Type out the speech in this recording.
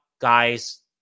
guys